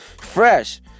Fresh